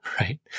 right